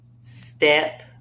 step